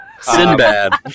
Sinbad